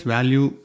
Value